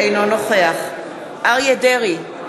אינו נוכח אריה דרעי,